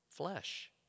flesh